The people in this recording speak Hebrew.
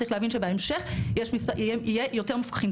צריך להבין שבהמשך יהיו יותר מפוקחים.